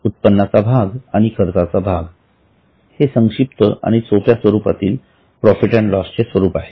उत्पन्नाचा भाग आणि खर्चाचा भाग हे संक्षिप्त आणि सोप्या स्वरूपातील प्रॉफिट अँड लॉस चे स्वरूप आहे